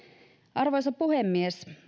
arvoisa puhemies